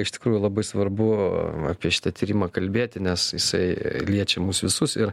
iš tikrųjų labai svarbu apie šitą tyrimą kalbėti nes jisai liečia mus visus ir